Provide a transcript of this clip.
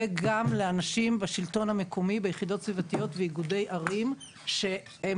וגם לאנשים בשלטון המקומי ביחידות סביבתיות ואיגודי ערים שהם